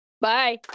bye